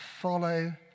follow